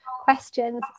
questions